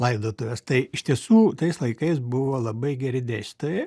laidotuves tai iš tiesų tais laikais buvo labai geri dėstytojai